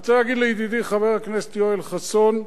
אני רוצה להגיד לידידי חבר הכנסת יואל חסון,